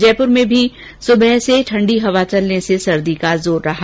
जयपुर में भी सुबह से ठंडी हवा चलने से सर्दी का जोर रहा